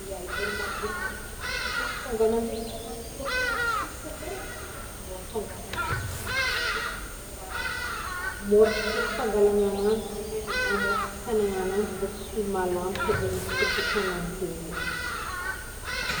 Ya vôla madiniky regny e, antony mahatonga agnanjy hoe misy marôkorôkony amin'ny sisiny regny, mbô ahatonga agnanjy tsy hoe ho môra- môra fangalagna agnanjy zaignany e na môra fitagnagna agnanjy mbô tsy ho malamatra zegny izy kôfa itanan-tegna.